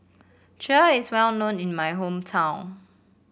kheer is well known in my hometown